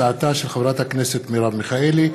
התשע"ז 2017,